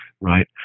right